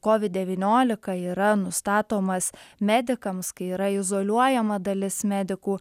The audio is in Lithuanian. kovid devyniolika yra nustatomas medikams kai yra izoliuojama dalis medikų